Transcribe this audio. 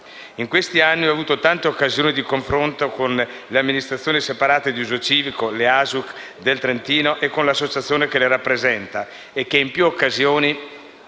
In questi anni ho avuto tante occasioni di confronto con le amministrazioni separate di uso civico (ASUC) del Trentino e con l'associazione che le rappresenta e che, in più occasioni,